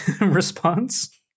response